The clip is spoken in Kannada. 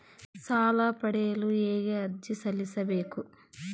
ಸಾಲ ಪಡೆಯಲು ಹೇಗೆ ಅರ್ಜಿ ಸಲ್ಲಿಸಬೇಕು?